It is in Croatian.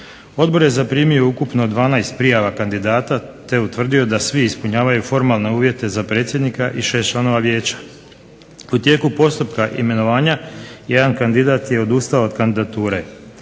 Odbor je zaprimio ukupno 12 prijava kandidata te utvrdio da svi ispunjavaju formalne uvjete za predsjednika i 6 članova Vijeća. U tijeku postupka imenovanja jedan je kandidat odustao od kandidature.